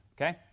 Okay